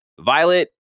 Violet